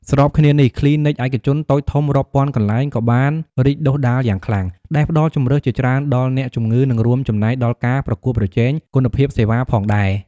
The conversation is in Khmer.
ស្របគ្នានេះ គ្លីនិកឯកជនតូចធំរាប់ពាន់កន្លែងក៏បានរីកដុះដាលយ៉ាងខ្លាំង ដែលផ្តល់ជម្រើសជាច្រើនដល់អ្នកជំងឺ និងរួមចំណែកដល់ការប្រកួតប្រជែងគុណភាពសេវាផងដែរ។